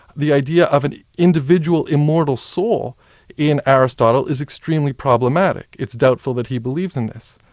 the idea of an individual immortal soul in aristotle is extremely problematic. it's doubtful that he believes in this.